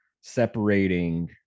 separating